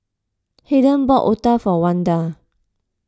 Hayden bought Otah for Wanda